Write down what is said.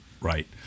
Right